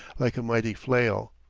like a mighty flail.